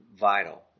vital